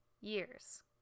years